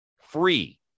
free